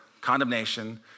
condemnation